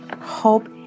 hope